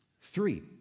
Three